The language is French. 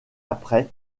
après